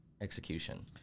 execution